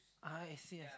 ah I see I see